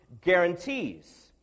guarantees